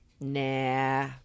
Nah